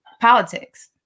politics